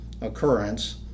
occurrence